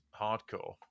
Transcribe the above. hardcore